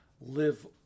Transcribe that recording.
live